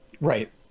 Right